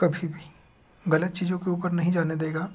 कभी भी गलत चीज़ों के ऊपर नहीं जाने देगा